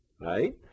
right